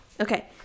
okay